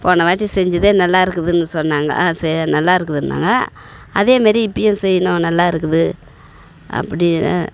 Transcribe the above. போன வாட்டி செஞ்சதே நல்லா இருக்குதுன்னு சொன்னாங்க சரி நல்லா இருக்குதுன்னாங்க அதேமாரி இப்போயும் செய்யணும் நல்லா இருக்குது அப்படின்னு